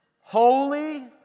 Holy